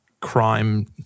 crime